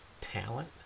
talent